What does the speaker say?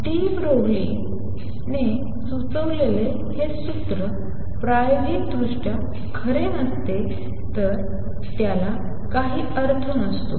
D ब्रॉग्लीने सुचवलेले हे सूत्र प्रायोगिकदृष्ट्या खरे नसते तर त्याला काही अर्थ नसतो